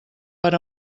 per